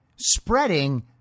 spreading